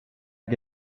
que